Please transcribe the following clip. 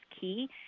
key